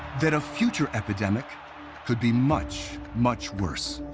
that a future epidemic could be much, much worse.